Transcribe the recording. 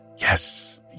Yes